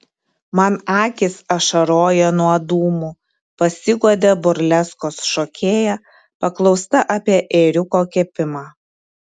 man akys ašaroja nuo dūmų pasiguodė burleskos šokėja paklausta apie ėriuko kepimą